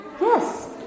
Yes